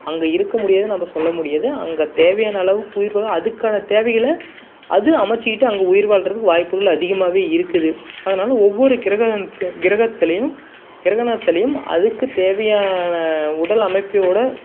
அங்கே இருக்க முடியாது நம்ப சொல்ல முடியாது அங்கே தேவையான அளவுக்கு உயிர் வாழ அதுக்கான தேவைகளை அது அமைச்சுக்கிட்டு அங்கே உயிர் வாழறதுக்கு வாய்ப்புகள் அதிகமாகவே இருக்குது அதனால ஒவ்வொரு கிரகண கிரகத்திலையும் கிரகணத்திலையும் அதுக்குத் தேவையான உடலமைப்போடு